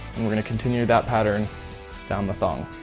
and we're going to continue that pattern down the thong.